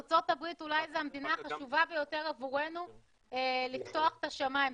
ארצות-הברית היא אולי המדינה החשובה ביותר עבורנו לפתוח את השמיים,